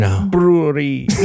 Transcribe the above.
Brewery